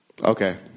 Okay